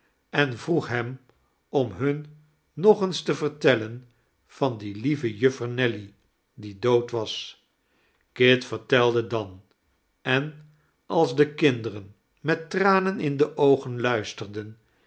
en vroeg hem om hun nog eens te vertellen van die lieve juffer nelly die dood was kit vertelde dan en als de kinderen met tranen in de oogen luisterden